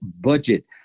budget